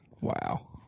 wow